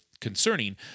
concerning